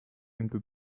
into